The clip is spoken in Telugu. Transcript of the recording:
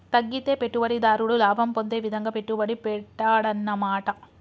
తగ్గితే పెట్టుబడిదారుడు లాభం పొందే విధంగా పెట్టుబడి పెట్టాడన్నమాట